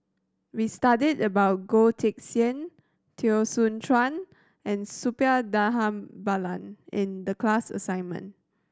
we studied about Goh Teck Sian Teo Soon Chuan and Suppiah Dhanabalan in the class assignment